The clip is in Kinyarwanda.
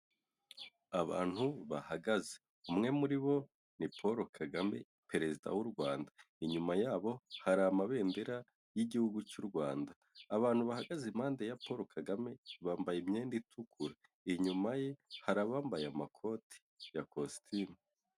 Abantu bahagaze umwe muri bo ni Polo Kagame perezida w'u Rwanda inyuma yabo hari amabendera y'igihugu cy'u rRwanda abantu bahagaze impande ya Polo Kagame bambaye imyenda itukura inyuma ye hari abambaye amakoti ya kositimu.